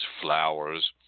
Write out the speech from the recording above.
flowers